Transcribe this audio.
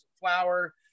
flour